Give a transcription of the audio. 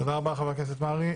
תודה רבה, חבר הכנסת מרעי.